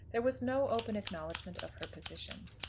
there was no open acknowledgment of her position.